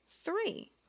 three